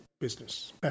business